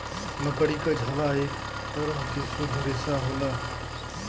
मकड़ी क झाला एक तरह के शुद्ध रेसा होला